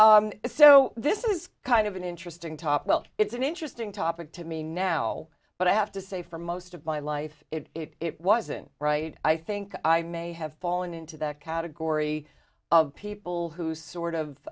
work so this is kind of an interesting top well it's an interesting topic to me now but i have to say for most of my life it wasn't right i think i may have fallen into that category of people who sort of